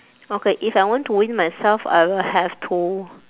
okay if I want to win myself I will have to